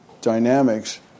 dynamics